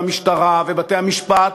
והמשטרה, ובתי-המשפט,